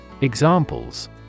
Examples